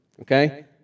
Okay